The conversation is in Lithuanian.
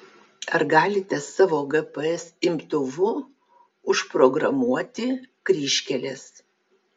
ar galite savo gps imtuvu užprogramuoti kryžkeles